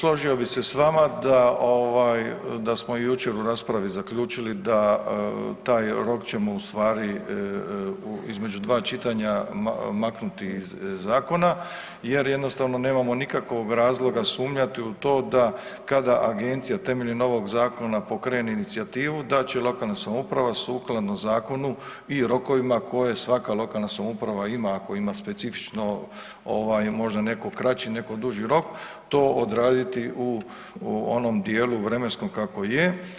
Složio bi se s vama da ovaj, da smo i jučer u raspravi zaključili da taj rok ćemo u stvari između dva čitanja maknuti iz zakona jer jednostavno nemamo nikakvog razloga sumnjati u to da kada agencija temeljem ovog zakona pokrene inicijativu da će lokalna samouprava sukladno zakonu i rokovima koje svaka lokalna samouprava ima ako ima specifično ovaj možda neko kraći neko duži rok, to odraditi u, u onom dijelu vremenskom kakvo je.